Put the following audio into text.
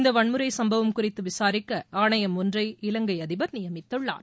இந்த வன்முறை சுப்பவம் குறித்து விசாரிக்க ஆணையம் ஒன்றை இலங்கை அதிபர் நியமித்துள்ளார்